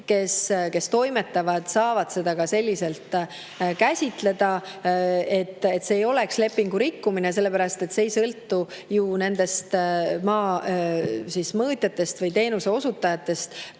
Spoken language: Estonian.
kes toimetavad, saavad seda ka selliselt käsitleda, et see ei oleks lepingu rikkumine, sellepärast et see ei sõltu ju maamõõtjatest ja teistest teenuseosutajatest,